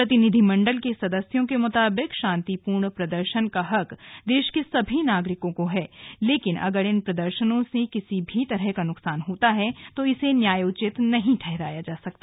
प्रतिनिधि मंडल के सदस्यों के मुताबिक शांतिपूर्ण प्रदर्शन का हक देश के सभी नागरिकों को है लेकिन अगर इन प्रदर्शनों से किसी भी तरह का नुकसान होता है तो इसे न्यायोचित नहीं ठहराया जा सकता